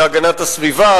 להגנת הסביבה,